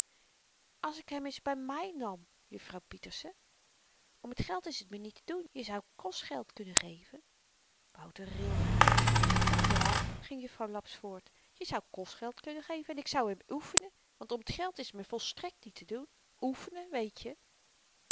als ik hem eens by my nam juffrouw pieterse om t geld is t me niet te doen je zou kostgeld kunnen geven wouter rilde och ja ging juffrouw laps voort je zou kostgeld kunnen geven en ik zou hem oefenen want om t geld is t me volstrekt niet te doen oefenen weetje